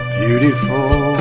beautiful